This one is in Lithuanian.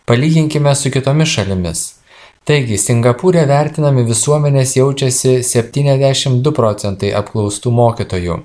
palyginkime su kitomis šalimis taigi singapūre vertinami visuomenės jaučiasi septyniasdešim du procentai apklaustų mokytojų